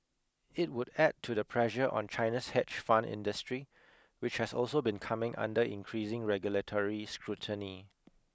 it would add to the pressure on China's hedge fund industry which has also been coming under increasing regulatory scrutiny